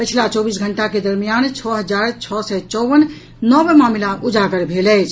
पछिला चौबीस घंटा के दरमियान छओ हजार छओ सय चौवन नव मामिला उजागर भेल अछि